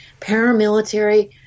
paramilitary